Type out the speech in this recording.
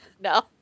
No